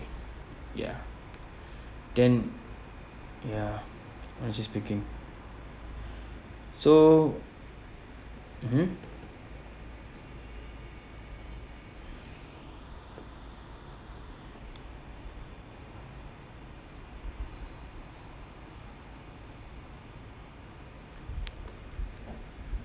ya then ya honestly speaking so mmhmm